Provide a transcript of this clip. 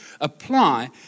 apply